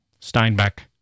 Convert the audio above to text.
Steinbeck